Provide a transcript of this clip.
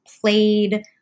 played